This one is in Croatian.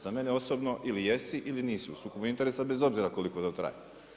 Za mene osobno ili jesi ili nisi u sukobu interesa bez obzira koliko to traje.